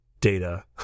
data